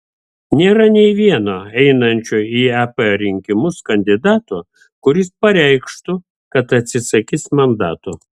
nėra nei vieno einančio į ep rinkimus kandidato kuris pareikštų kad atsisakys mandato